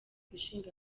ishinga